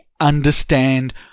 understand